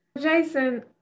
Jason